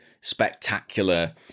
spectacular